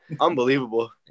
Unbelievable